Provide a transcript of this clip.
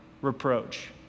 reproach